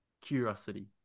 curiosity